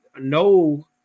No